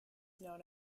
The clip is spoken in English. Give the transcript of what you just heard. known